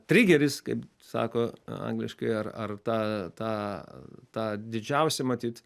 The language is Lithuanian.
trigeris kaip sako angliškai ar ar ta ta ta didžiausia matyt